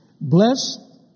Bless